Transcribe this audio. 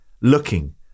looking